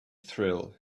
thrill